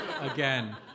Again